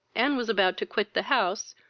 and was about to quit the house,